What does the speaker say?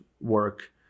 work